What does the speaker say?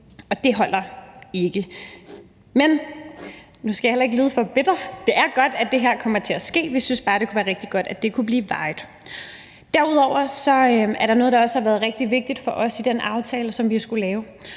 Og det holder ikke. Men – nu skal jeg heller ikke lyde for bitter – det er godt, at det her kommer til at ske. Vi synes bare, det kunne være rigtig godt, at det kunne blive varigt. Derudover er der noget, der også har været rigtig vigtigt for os i den aftale, som vi har skullet lave,